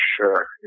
sure